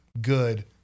good